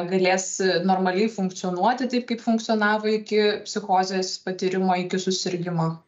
galės normaliai funkcionuoti taip kaip funkcionavo iki psichozės patyrimo iki susirgimo